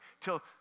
till